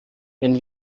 wenn